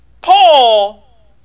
Paul